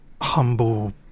humble